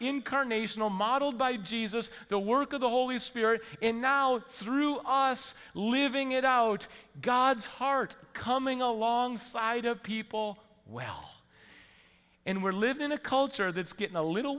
incarnational modeled by jesus the work of the holy spirit in out through us living it out god's heart coming alongside of people well and we're live in a culture that's getting a little